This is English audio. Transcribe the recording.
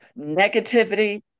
negativity